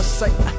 say